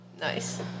Nice